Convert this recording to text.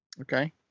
Okay